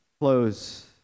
close